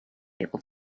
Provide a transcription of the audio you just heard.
able